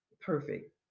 perfect